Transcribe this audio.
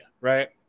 right